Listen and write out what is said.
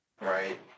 right